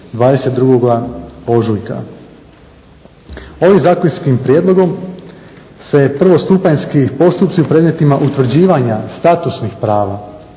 22. Ožujka. Ovim zakonskim prijedlogom se prvostupanjski postupci u predmetima utvrđivanja statusnih prava